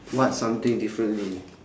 what something differently